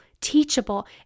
teachable